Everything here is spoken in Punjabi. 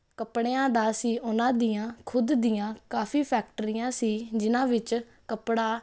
ਕੱਪੜਿਆਂ ਦਾ ਸੀ ਉਹਨਾਂ ਦੀਆਂ ਖੁਦ ਦੀਆਂ ਕਾਫੀ ਫੈਕਟਰੀਆਂ ਸੀ ਜਿਹਨਾਂ ਵਿੱਚ ਕੱਪੜਾ